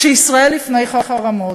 כשישראל לפני חרמות,